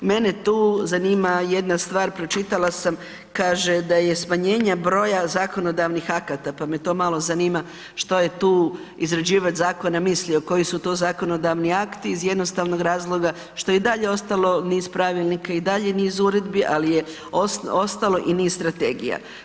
Mene tu zanima jedna stvar, pročitala sam kaže da je smanjenje broja zakonodavnih akata, pa me to malo zanima što je tu izrađivač zakona mislio, koji su zakonodavni akti iz razloga što je dalje ostalo niz pravilnika i dalje niz uredbi, ali je ostalo i niz strategija.